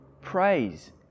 Praise